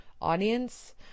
audience